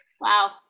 Wow